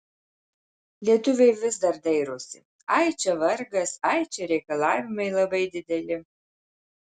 lietuviai vis dar dairosi ai čia vargas ai čia reikalavimai labai dideli